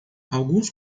alguns